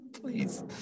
Please